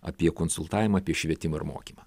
apie konsultavimą apie švietimą ir mokymą